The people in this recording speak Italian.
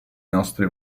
nostri